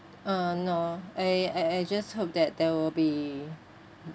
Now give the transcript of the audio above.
uh no I I I just hope that there will be